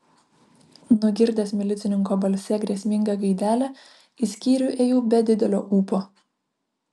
nugirdęs milicininko balse grėsmingą gaidelę į skyrių ėjau be didelio ūpo